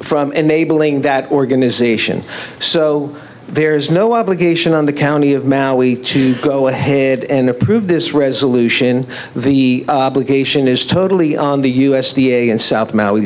from enabling that organization so there's no obligation on the county of maui to go ahead and approve this resolution the patient is totally on the u s d a and south maui